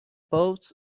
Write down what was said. pouch